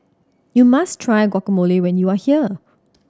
you must try Guacamole when you are here